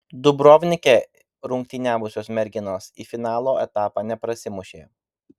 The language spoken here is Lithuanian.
dubrovnike rungtyniavusios merginos į finalo etapą neprasimušė